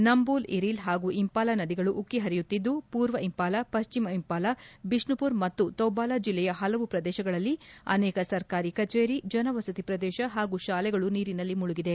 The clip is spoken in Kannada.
ನಂಬೂಲ್ ಇರೀಲ್ ಹಾಗೂ ಇಂಪಾಲ ನದಿಗಳು ಉಕ್ಕೆ ಹರಿಯುತ್ತಿದ್ದು ಮೂರ್ವ ಇಂಪಾಲ ಪಶ್ಚಿಮ ಇಂಪಾಲ ಬಿಷ್ಣುಪುರ್ ಮತ್ತು ತೌಬಾಲ್ ಜಿಲ್ಲೆಯ ಪಲವು ಪ್ರದೇಶದಲ್ಲಿ ಅನೇಕ ಸರ್ಕಾರಿ ಕಚೇರಿ ಜನವಸತಿ ಪ್ರದೇಶ ಹಾಗೂ ಶಾಲೆಗಳು ನೀರಿನಲ್ಲಿ ಮುಳುಗಿದೆ